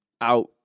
out